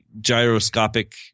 gyroscopic